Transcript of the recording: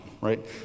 right